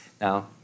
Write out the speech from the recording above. Now